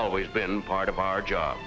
always been part of our job